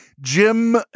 Jim